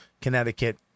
Connecticut